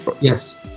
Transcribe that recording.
Yes